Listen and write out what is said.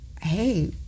hey